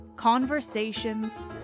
conversations